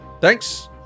Thanks